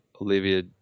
Olivia